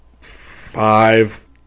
five